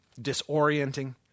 disorienting